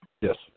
Yes